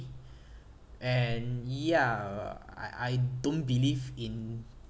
and ya I I don't believe in